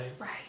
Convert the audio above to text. Right